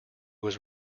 was